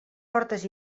portes